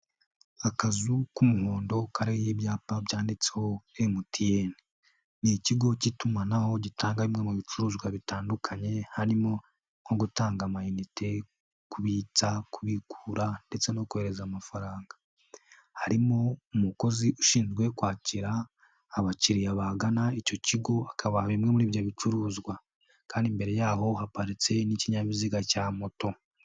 Akazu k'umuhondo kariho ibyapa byanditseho MTN. Ni ikigo k'itumanaho gitanga bimwe mu bicuruzwa bitandukanye, harimo nko gutanga amayinite, kubitsa, kubikura ndetse no kohereza amafaranga, harimo umukozi ushinzwe kwakira abakiriya bagana icyo kigo akabaha bimwe muri ibyo bicuruzwa, kandi mbere yaho haparitse n'ikinyabiziga cya moto.